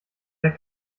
der